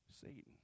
satan